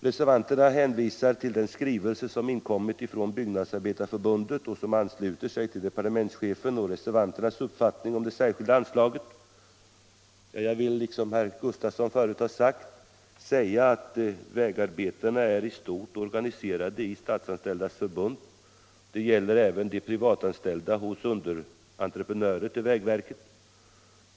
Reservanterna hänvisar till den skrivelse som inkommit från Byggnadsarbetareförbundet och i vilken man ansluter sig till departementschefens och reservanternas uppfattning om det särskilda anslaget. Som Sven Gustafson tidigare sade är vägarbetarna företrädesvis organiserade i Statsanställdas förbund. Det gäller även de privatanställda hos underentreprenörer till vägverket.